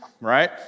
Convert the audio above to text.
right